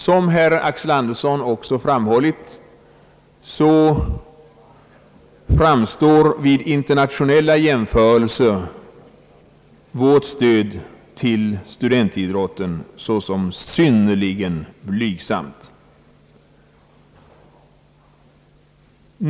Som herr Axel Andersson framhållit framstår även vid internationella jämförelser vårt stöd till studentidrotten såsom synnerligen blygsamt.